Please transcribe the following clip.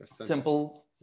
simple